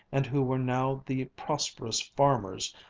and who were now the prosperous farmers,